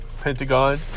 Pentagon